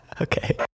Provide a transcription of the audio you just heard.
Okay